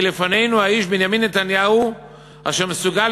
כי לפנינו האיש בנימין נתניהו אשר מסוגל